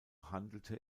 handelte